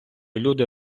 люди